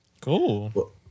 Cool